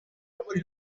abbiamo